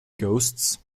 ghosts